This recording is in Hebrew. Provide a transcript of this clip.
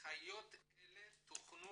הנחיות אלה תוקנו